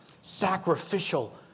sacrificial